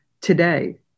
today